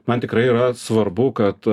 man tikrai yra svarbu kad